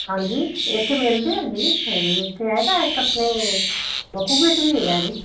ਹਾਂਜੀ ਇੱਥੇ ਮਿਲਦੇ ਆ ਜੀ ਹਾਂਜੀ ਇੱਥੇ ਹੈਗਾ ਇੱਕ ਆਪਣੇ ਡਾਕੂਮੈਂਟ ਵੀ ਹੈਗਾ ਜੀ